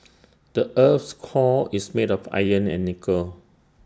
the Earth's core is made of iron and nickel